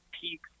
peak